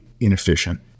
inefficient